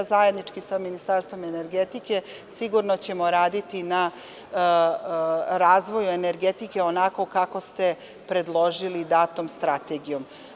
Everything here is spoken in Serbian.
Zajednički ćemo sa Ministarstvom energetike sigurno raditi na razvoju energetike, onako kako ste predložili datum strategije.